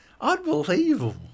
unbelievable